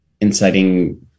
inciting